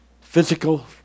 Physical